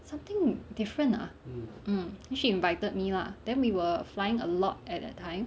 something different ah mm then she invited me lah then we were flying a lot at that time